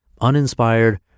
uninspired